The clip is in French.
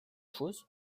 chose